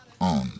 on